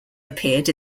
appeared